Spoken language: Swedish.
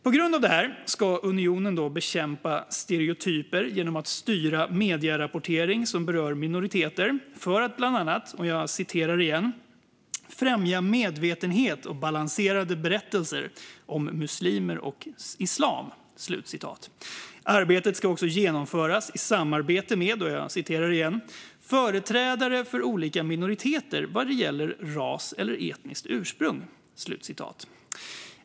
På grund av detta ska unionen bekämpa stereotyper genom att styra medierapportering som berör minoriteter för att bland annat främja medvetenhet och balanserade berättelser om muslimer och islam. Arbetet ska också genomföras i samarbete med företrädare för olika minoriteter vad gäller ras eller etniskt ursprung.